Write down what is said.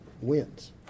wins